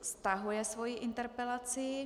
Stahuje svoji interpelaci.